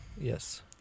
Yes